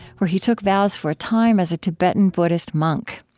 where he took vows for a time as a tibetan buddhist monk.